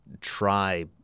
try